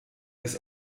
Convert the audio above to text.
ist